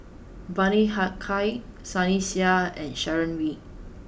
Bani Haykal Sunny Sia and Sharon Wee